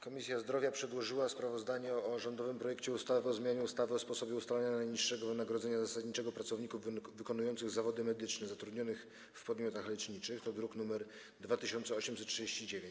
Komisja Zdrowia przedłożyła sprawozdanie o rządowym projekcie ustawy o zmianie ustawy o sposobie ustalania najniższego wynagrodzenia zasadniczego pracowników wykonujących zawody medyczne zatrudnionych w podmiotach leczniczych, druk nr 2839.